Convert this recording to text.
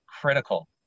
critical